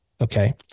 Okay